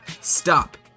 Stop